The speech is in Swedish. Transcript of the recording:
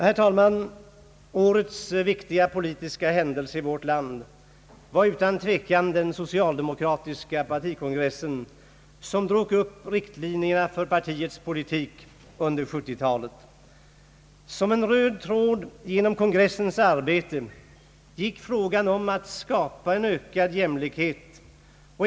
Herr talman! Årets viktiga politiska händelse i vårt land var utan tvekan den socialdemokratiska partikongressen, som drog upp riktlinjerna för partiets politik inför 1970-talet. Som en röd tråd genom kongressens arbete gick strävan att skapa ökad jämlikhet.